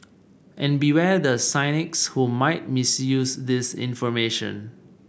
and beware the cynics who might misuse this information